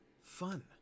fun